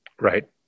Right